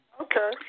Okay